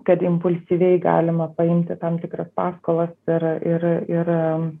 kad impulsyviai galima paimti tam tikras paskolas ir ir ir